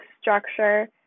structure